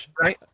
right